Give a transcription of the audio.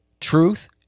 truth